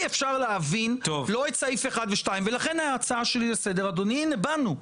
אפשר להבין לא את סעיף 1 ולא את 2. לכן ההצעה שלי לסדר: הנה באנו,